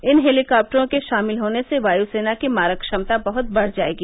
इन हेलीकॉप्टरों के शामिल होने से वायु सेना की मारक क्षमता बहुत बढ़ जाएगी